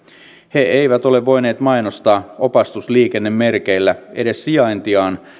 he eivät ole voineet mainostaa opastusliikennemerkeillä edes sijaintiaan